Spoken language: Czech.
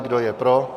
Kdo je pro?